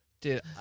Dude